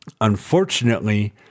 Unfortunately